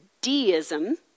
deism